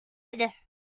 ahead